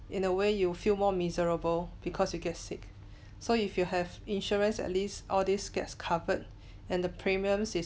in a way you feel more miserable because you get sick so if you have insurance at least all this gets covered and the premiums is